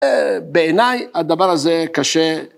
בעיניי הדבר הזה קשה.